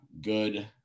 good